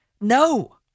No